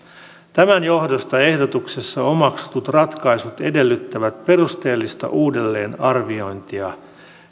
tämän johdosta ehdotuksessa omaksutut ratkaisut edellyttävät perusteellista uudelleen arviointia